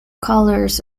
colours